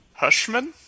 Hushman